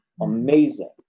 Amazing